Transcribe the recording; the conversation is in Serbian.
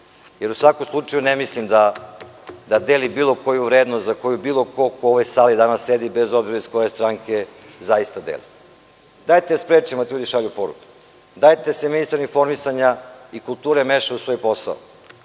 jer u svakom slučaju, ne mislim da delim bilo koju vrednost za koju bilo ko ko u ovoj sali danas sedi, bez obzira iz koje stranke, zaista deli. Dajte da sprečimo da ti ljudi šalju poruke. Dajte da se ministar informisanja i kulture meša u svoj posao.